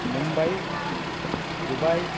Mumbai Dubai